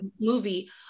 movie